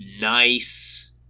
nice